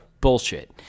bullshit